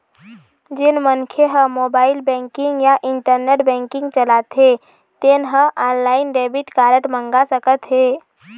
जेन मनखे ह मोबाईल बेंकिंग या इंटरनेट बेंकिंग चलाथे तेन ह ऑनलाईन डेबिट कारड मंगा सकत हे